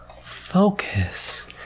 focus